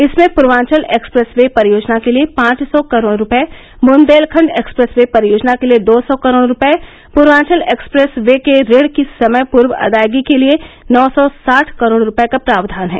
इसमें Purvanchal expressway परियोजना के लिए पांच सौ करोड़ रूपये बुन्देलखण्ड एक्सप्रेस वे परियोजना के लिए दो सौ करोड रूपये पूर्वाचल एक्सप्रेस वे के ऋण की समय पूर्व अदायगी के लिए नौ सौ साठ करोड रूपये का प्रावधान है